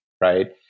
right